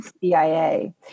CIA